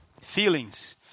feelings